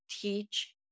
teach